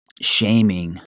shaming